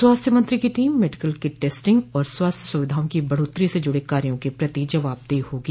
स्वास्थ मंत्री की टीम मेडिकल किट टेस्टिंग और स्वास्थ्य सुविधाओं की बढ़ोत्तरी से जुड़े कार्यो के प्रति जवाबदेह होगी